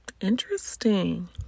interesting